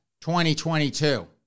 2022